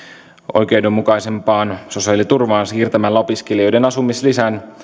oikeudenmukaisempaan sosiaaliturvaan siirtämällä opiskelijoiden asumislisän